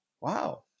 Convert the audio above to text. Wow